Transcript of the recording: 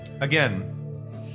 Again